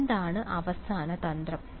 എന്താണ് അവസാന തന്ത്രം